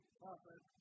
prophet